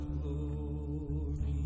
Glory